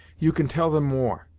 you can tell them more.